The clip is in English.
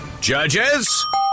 Judges